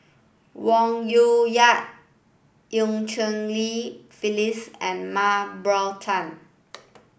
Wong Yoon Wah Eu Cheng Li Phyllis and Mah Bow Tan